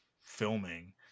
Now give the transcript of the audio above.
filming